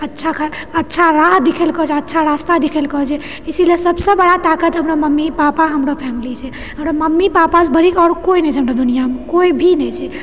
अच्छा राह दिखेलको अच्छा रास्ता दिखेलको जे इसिलिए सबसे बड़ा ताकत हमरा मम्मी पापा हमरो फैमिली छै हमरा मम्मी पापसे बढ़िके और कोइ नहि छै दुनियामे केओ भी नहि छै